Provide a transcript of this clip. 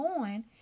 on